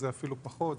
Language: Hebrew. זה אפילו פחות,